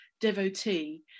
devotee